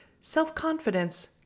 self-confidence